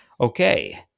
Okay